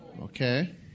Okay